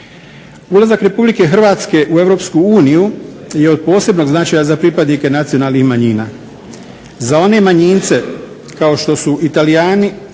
Ulazak RH u EU je od posebnog značenja za pripadnike nacionalnih manjina. Za one manjince kao što su Italijani,